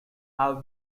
have